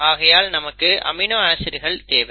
ஆகையால் நமக்கு அமினோ ஆசிட்கள் தேவை